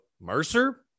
Mercer